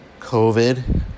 COVID